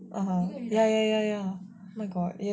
ya ya ya oh my god yes